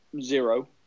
zero